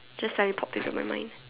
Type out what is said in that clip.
just suddenly popped this on my mind